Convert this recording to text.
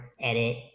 edit